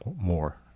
more